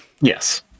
Yes